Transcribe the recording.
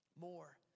more